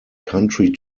country